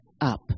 up